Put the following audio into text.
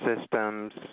systems